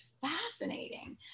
fascinating